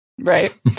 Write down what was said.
Right